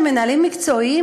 שהם מנהלים מקצועיים,